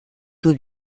would